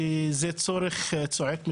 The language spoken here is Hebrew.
שזה צורך שצועק לשמיים,